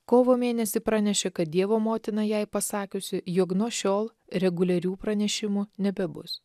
kovo mėnesį pranešė kad dievo motina jai pasakiusi jog nuo šiol reguliarių pranešimų nebebus